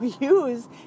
use